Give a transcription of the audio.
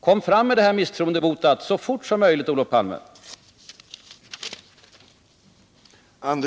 Kom fram med er begäran om misstroendevotum så fort som möjligt, Olof Palme!